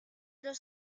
los